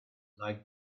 like